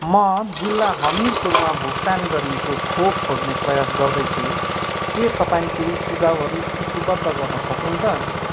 म जिल्ला हमीरपुरमा भुक्तान गरिएको खोप खोज्ने प्रयास गर्दैछु के तपाईँँ केही सुझाउहरू सूचीबद्ध गर्न सक्नुहुन्छ